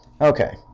Okay